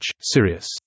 Sirius